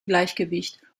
gleichgewicht